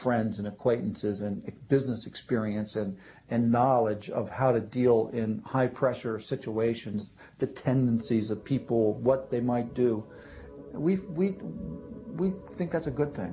friends and acquaintances and business experience and and knowledge of how to deal in high pressure situations the tendencies of people what they might do we think that's a good thing